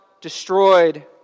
destroyed